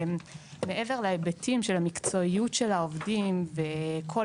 מעבר להיבטים של המקצועיות של העובדים בכל